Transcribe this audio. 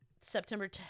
September